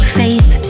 faith